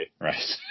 right